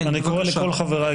אני קורא לכל חבריי,